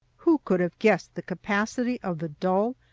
who could have guessed the capacity of the dull,